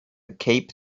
cape